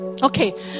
Okay